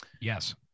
Yes